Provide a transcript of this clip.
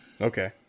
Okay